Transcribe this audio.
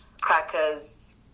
crackers